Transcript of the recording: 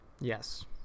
yes